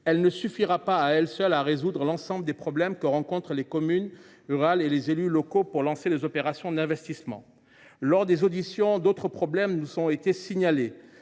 elle ne suffira pas à elle seule à résoudre l’ensemble des problèmes que rencontrent les communes rurales et les élus locaux pour lancer des opérations d’investissement. Lors des auditions, comme l’a indiqué